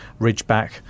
ridgeback